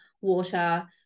water